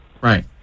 Right